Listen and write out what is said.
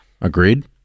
Agreed